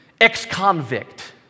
ex-convict